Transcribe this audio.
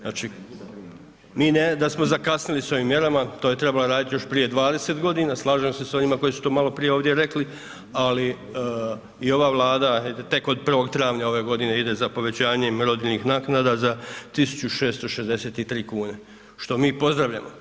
Znači mi ne da smo zakasnili s ovim mjerama, to je trebalo radit još prije 20.g., slažem se s onima koji su to maloprije ovdje rekli, ali i ova Vlada tek od 1. travnja ove godine ide za povećanjem rodiljnih naknada za 1.663,00 kn, što mi pozdravljamo.